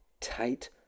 tight